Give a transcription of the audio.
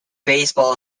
baseball